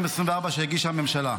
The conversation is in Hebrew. שהגישה הממשלה.